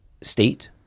state